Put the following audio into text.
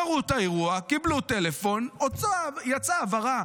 קראו את האירוע, קיבלו טלפון, יצאה הבהרה.